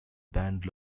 band